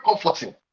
comforting